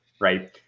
right